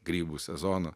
grybų sezono